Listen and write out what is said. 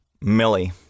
Millie